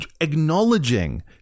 acknowledging